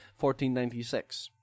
1496